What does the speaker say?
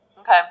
Okay